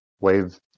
wave